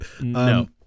no